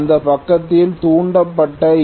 இந்த பக்கத்தில் தூண்டப்பட்ட ஈ